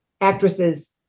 actresses